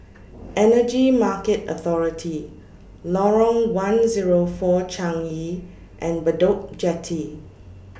Energy Market Authority Lorong one Zero four Changi and Bedok Jetty